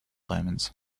diamonds